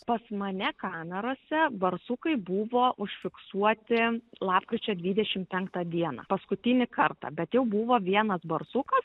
pas mane kamerose barsukai buvo užfiksuoti lapkričio dvidešim penktą dieną paskutinį kartą bet jau buvo vienas barsukas